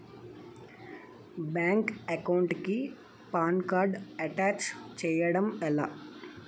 Bank account కి PAN card attach చేయడం ఎలా?